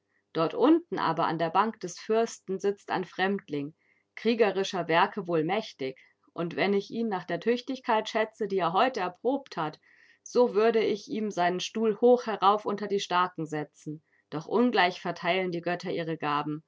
dort unten aber an der bank des fürsten sitzt ein fremdling kriegerischer werke wohl mächtig und wenn ich ihn nach der tüchtigkeit schätze die er heute erprobt hat so würde ich ihm seinen stuhl hoch herauf unter die starken setzen doch ungleich verteilen die götter ihre gaben